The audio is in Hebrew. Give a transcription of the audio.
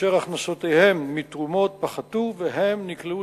אשר הכנסותיהם מתרומות פחתו והם נקלעו